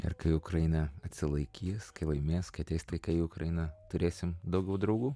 ir kai ukraina atsilaikys kai laimės kai ateis taika į ukrainą turėsim daugiau draugų